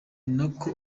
nako